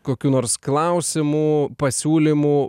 kokių nors klausimų pasiūlymų